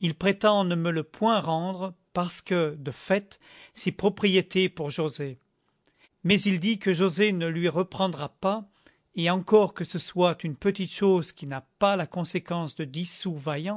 il prétend ne me le point rendre parce que de fait c'est propriété pour joset mais il dit que joset ne le lui reprendra pas et encore que ce soit une petite chose qui n'a pas la conséquence de dix sous vaillant